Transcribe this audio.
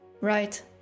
right